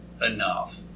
Enough